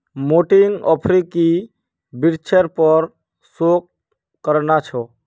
मोंटीक अफ्रीकी वृक्षेर पर शोध करना छ